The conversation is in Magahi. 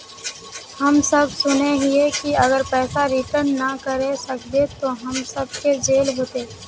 हम सब सुनैय हिये की अगर पैसा रिटर्न ना करे सकबे तो हम सब के जेल होते?